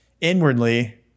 inwardly